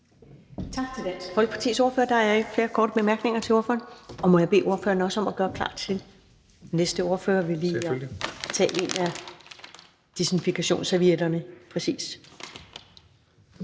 Tak til Dansk Folkepartis ordfører. Der er ikke flere korte bemærkninger til ordføreren. Må jeg bede ordføreren om at gøre klar til næste ordfører ved lige tage en af desinfektionsservietterne?